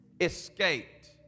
escaped